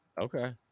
okay